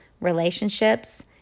relationships